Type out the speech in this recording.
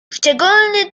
szczególny